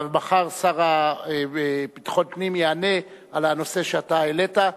מחר השר לביטחון הפנים יענה על הנושא שאתה העלית.